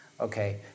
okay